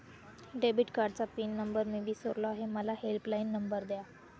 debit कार्डचा pin number मी विसरलो आहे मला हेल्पलाइन नंबर द्या